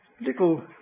little